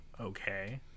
okay